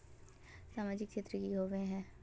सामाजिक क्षेत्र की होबे है?